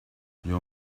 your